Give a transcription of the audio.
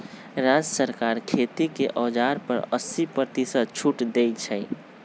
राज्य सरकार खेती के औजार पर अस्सी परतिशत छुट देई छई